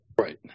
Right